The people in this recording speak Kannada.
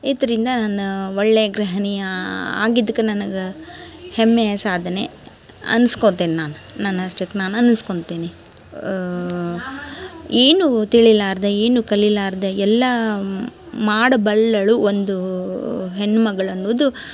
ಇದ್ರಿಂದ ನಾನ ಒಳ್ಳೆ ಗೃಹಣಿ ಆಗಿದ್ದಕ್ಕ ನನಗ ಹೆಮ್ಮೆಯ ಸಾಧನೆ ಅನ್ಸ್ಕೊಳ್ತೇನೆ ನಾನು ನನ್ನಷ್ಟಕ್ಕೆ ನಾನು ನೆನ್ಸ್ಕೊಳ್ತೀನಿ ಇನ್ನು ತಿಳಿಲಾರ್ದ ಇನ್ನೂ ಕಲಿಲಾರದ ಎಲ್ಲಾ ಮಾಡಬಲ್ಲಳು ಒಂದು ಹೆಣ್ಮಗಳು ಅನ್ನುದು